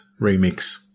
remix